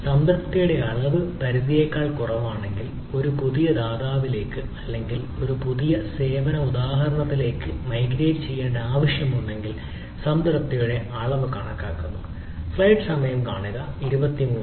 സംതൃപ്തിയുടെ അളവ് പരിധിയേക്കാൾ കുറവാണെങ്കിൽ ഒരു പുതിയ ദാതാവിലേക്ക് അല്ലെങ്കിൽ ഒരു പുതിയ സേവന ഉദാഹരണത്തിലേക്ക് മൈഗ്രേറ്റ് ചെയ്യേണ്ട ആവശ്യമുണ്ടെങ്കിൽ സംതൃപ്തിയുടെ അളവ് കണക്കാക്കുന്നു